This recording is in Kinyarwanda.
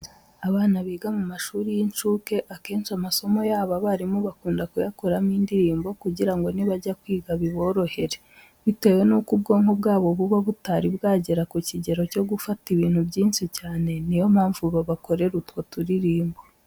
Abana biga mu mashuri y'incuke akenshi amasomo yabo abarimu bakunda kuyakoramo indirimbo kugira ngo nibajya kwiga biborohere. Bitewe nuko ubwonko bwabo buba butari bwagera ku kigero cyo gufata ibintu byinshi cyane, ni yo mpamvu babakorera utwo turirimbo.